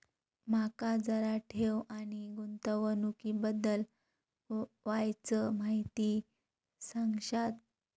माका जरा ठेव आणि गुंतवणूकी बद्दल वायचं माहिती सांगशात?